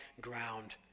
ground